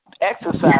exercise